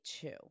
two